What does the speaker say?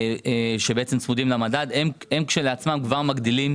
מגדילות